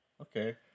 okay